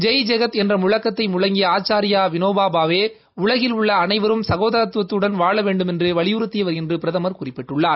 ஜெய் ஜெகத் என்ற முழக்கத்தை முழங்கிய ஆச்சார்யா விநோபா பாவே உலகில் உள்ள அனைவரும் சகோதரத்துவத்துடன் வாழ வேண்டுமென்று வலியுறுத்தியவர் என்று பிரதமர் குறிப்பிட்டுள்ளார்